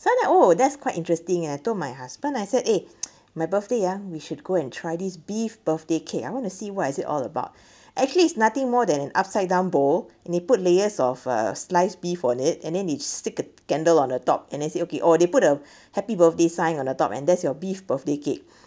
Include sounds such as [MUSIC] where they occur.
so I'm oh that's quite interesting I told my husband I said eh my birthday ya we should go and try these beef birthday cake I want to see what is it all about [BREATH] actually it's nothing more than upside down bowl and put layers of uh sliced beef on it and then it stick a candle on the top and I said okay oh they put the happy birthday sign on the top and that's your beef birthday cake